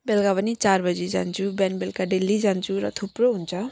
बेलुका पनि चार बजे जान्छु बिहान बेलुका डेली जान्छु र थुप्रो हुन्छ